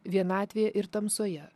vienatvėje ir tamsoje